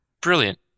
Brilliant